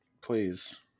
please